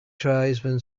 tribesman